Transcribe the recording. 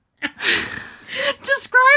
Describe